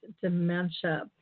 dementia